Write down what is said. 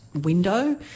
window